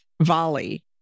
volley